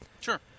Sure